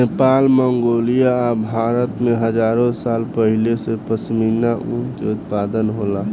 Nepal, Mongolia आ भारत में हजारो साल पहिले से पश्मीना ऊन के उत्पादन होला